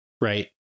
right